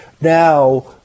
now